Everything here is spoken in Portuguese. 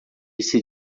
esse